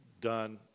done